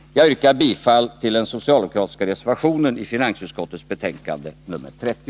Jag yrkar bifall till den socialdemokratiska reservationen vid finansutskottets betänkande nr 30.